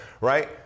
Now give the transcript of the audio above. Right